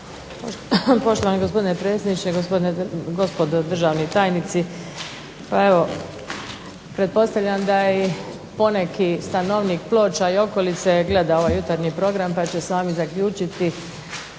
Poštovani gospodine predsjedniče, gospodo državni tajnici. Pa evo, pretpostavljam da i poneki stanovnik Ploča i okolice gleda ova jutarnji program pa će sami zaključiti